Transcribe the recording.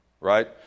right